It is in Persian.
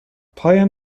پایم